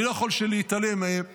אני לא יכול להתעלם מפרשיית